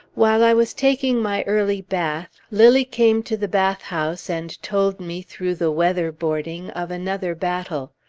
while i was taking my early bath, lilly came to the bath-house and told me through the weather-boarding of another battle.